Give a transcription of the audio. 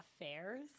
Affairs